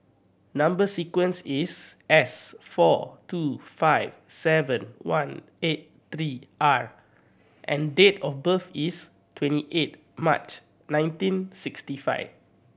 number sequence is S four two five seven one eight three R and date of birth is twenty eighth March nineteen sixty five